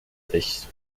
sich